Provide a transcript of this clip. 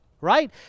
Right